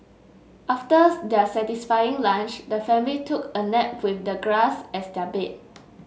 after their satisfying lunch the family took a nap with the grass as their bed